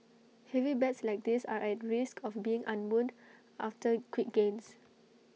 heavy bets like this are at risk of being unwound after quick gains